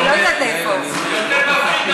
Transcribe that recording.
אני אומר,